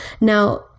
Now